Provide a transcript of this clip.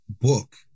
book